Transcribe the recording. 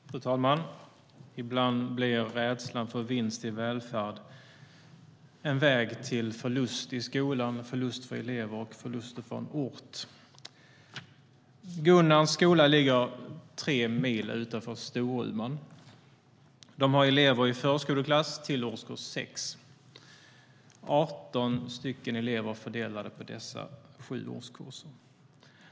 Fru talman! Ibland blir rädslan för vinst i välfärd en väg till förlust i skolan, förlust för elever och förluster för en ort. Gunnarns skola ligger tre mil utanför Storuman. De har elever i förskoleklass till årskurs 6. Det är 18 elever fördelade på dessa sju årskurser.